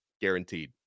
guaranteed